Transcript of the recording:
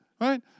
right